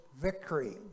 victory